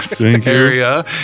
area